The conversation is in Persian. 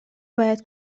باید